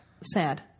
Sad